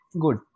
Good